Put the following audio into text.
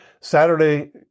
Saturday